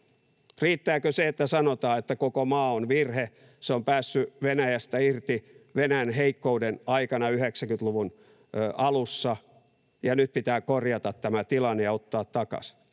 Riittääkö se, että sanotaan, että koko maa on virhe? Se on päässyt Venäjästä irti Venäjän heikkouden aikana 90-luvun alussa, ja nyt pitää korjata tämä tilanne ja ottaa takaisin?